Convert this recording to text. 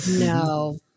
No